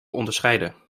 onderscheiden